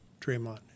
Draymond